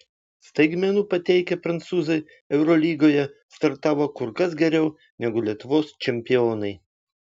staigmenų pateikę prancūzai eurolygoje startavo kur kas geriau negu lietuvos čempionai